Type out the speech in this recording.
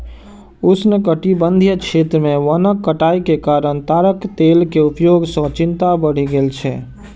उष्णकटिबंधीय क्षेत्र मे वनक कटाइ के कारण ताड़क तेल के उपयोग सं चिंता बढ़ि गेल छै